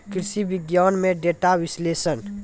कृषि विज्ञान में डेटा विश्लेषण